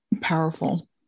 powerful